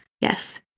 Yes